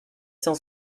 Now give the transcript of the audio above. cent